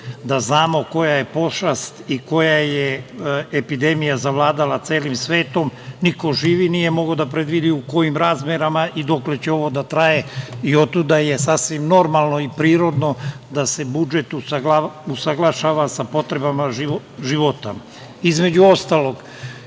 da znamo koja je pošast i koja je epidemija zavladala celim svetom niko živi nije mogao da predvidi u kojim razmerama i dokle će ovo da traje i otuda je sasvim normalno i prirodno da se budžet usaglašava sa potrebama života. Između ostalog